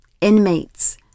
Inmates